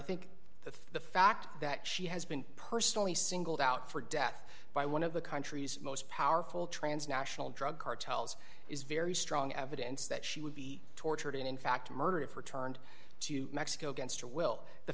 think that the fact that she has been personally singled out for death by one of the country's most powerful transnational drug cartels is very strong evidence that she would be tortured and in fact murdered her turned to mexico against her will the